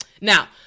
Now